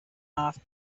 off